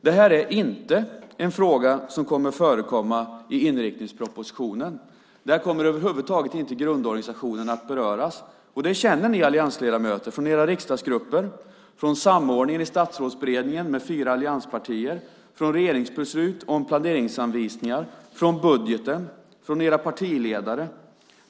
Det här är inte en fråga som kommer att förekomma i inriktningspropositionen. Där kommer över huvud taget inte grundorganisationen att beröras, och det känner ni alliansledamöter till från era riksdagsgrupper, från samordningen i Statsrådsberedningen med fyra allianspartier, från regeringsbeslut om planeringsanvisningar, från budgeten, från era partiledare.